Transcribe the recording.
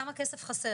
כמה כסף חסר,